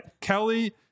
Kelly